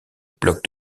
blocs